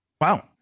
wow